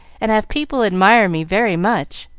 and have people admire me very much.